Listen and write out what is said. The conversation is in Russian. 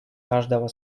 каждого